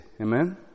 Amen